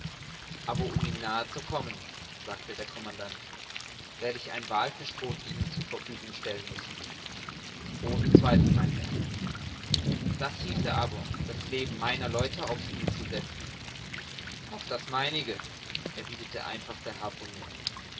aber um ihm nahe zu kommen sagte der commandant werd ich ein wallfischboot ihnen zur verfügung stellen müssen ohne zweifel mein herr das hieße aber das leben meiner leute auf's spiel setzen und auch das meinige erwiderte einfach der